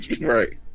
Right